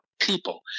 people